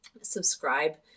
subscribe